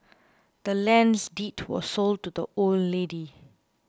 the land's deed was sold to the old lady